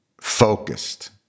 focused